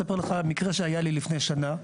מקרה שהיה לי לפני שנה.